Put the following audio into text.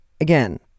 Again